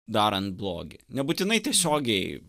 darant blogį nebūtinai tiesiogiai